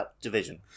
Division